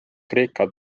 kreeka